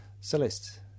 Celeste